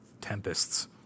tempests